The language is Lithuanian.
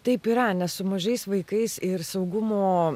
taip yra nes su mažais vaikais ir saugumo